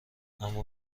اما